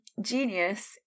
Genius